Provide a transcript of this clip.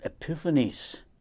epiphanies